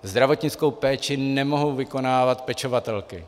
Zdravotnickou péči nemohou vykonávat pečovatelky.